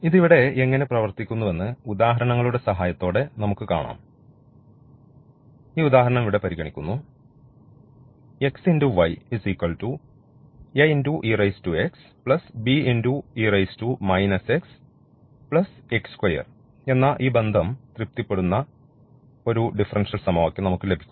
ഇത് ഇവിടെ എങ്ങനെ പ്രവർത്തിക്കുന്നുവെന്ന് ഉദാഹരണങ്ങളുടെ സഹായത്തോടെ നമുക്ക് കാണാം ഈ ഉദാഹരണം ഇവിടെ പരിഗണിക്കുന്നു എന്ന ഈ ബന്ധം തൃപ്തിപ്പെടുന്ന ഒരു ഡിഫറൻഷ്യൽ സമവാക്യം നമുക്ക് ലഭിക്കും